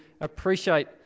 appreciate